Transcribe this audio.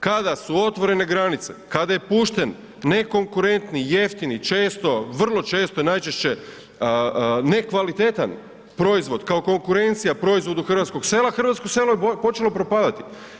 Kada su otvorene granice, kada je pušten nekonkurentni, jeftini, često, vrlo često i najčešće nekvalitetan proizvod kao konkurencija proizvodu hrvatskog sela, hrvatsko selo je počelo propadati.